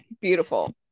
beautiful